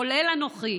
כולל אנוכי,